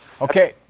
Okay